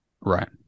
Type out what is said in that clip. Right